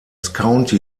county